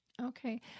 Okay